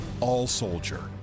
all-soldier